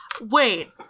Wait